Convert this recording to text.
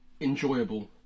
enjoyable